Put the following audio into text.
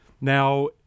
Now